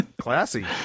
Classy